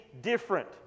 different